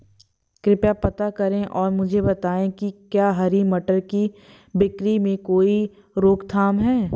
कृपया पता करें और मुझे बताएं कि क्या हरी मटर की बिक्री में कोई रोकथाम है?